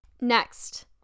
next